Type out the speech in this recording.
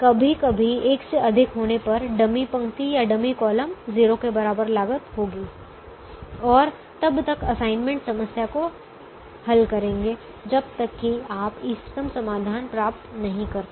कभी कभी एक से अधिक होने पर डमी पंक्ति या डमी कॉलम 0 के बराबर लागत होगी और तब तक असाइनमेंट समस्या को हल करेंगे जब तक कि आप इष्टतम समाधान प्राप्त नहीं करते